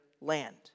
land